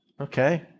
okay